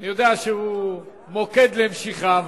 אני יודע שהוא מוקד למשיכה,